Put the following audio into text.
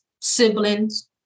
siblings